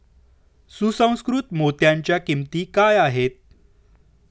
सुसंस्कृत मोत्यांच्या किंमती काय आहेत